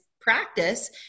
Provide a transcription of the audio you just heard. practice